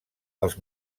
els